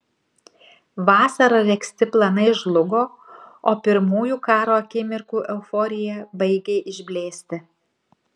vasarą regzti planai žlugo o pirmųjų karo akimirkų euforija baigė išblėsti